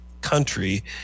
country